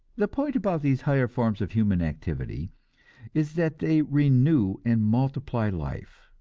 the point about these higher forms of human activity is that they renew and multiply life.